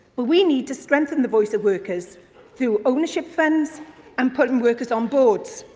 but we need to strengthen the voice of workers through ownership funds and putting workers on boards.